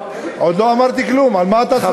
עוד לא אמרתי כלום, על מה אתה צועק?